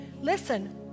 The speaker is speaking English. Listen